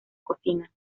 cocina